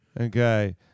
Okay